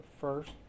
first